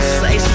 say